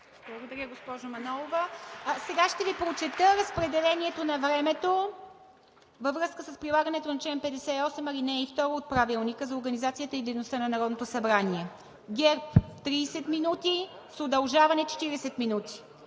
Благодаря, госпожо Манолова. Сега ще Ви прочета разпределението на времето във връзка с прилагането на чл. 58, ал. 2 от Правилника за организацията и дейността на Народното събрание: ГЕРБ – 30 минути, с удължаване 40 минути;